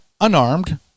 unarmed